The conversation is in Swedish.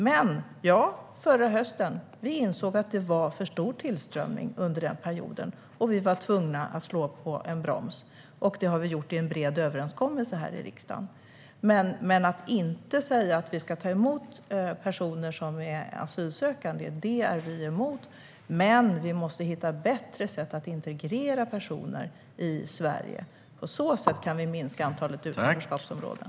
Men ja, vi insåg att det var för stor tillströmning under förra hösten. Vi var tvungna att slå på bromsen, och det har vi gjort i en bred överenskommelse här i riksdagen. Att inte säga att vi ska ta emot personer som är asylsökande är vi emot, men vi måste hitta bättre sätt att integrera personer i Sverige. På så sätt kan vi minska antalet utanförskapsområden.